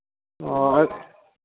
ᱦᱳᱭ